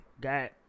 got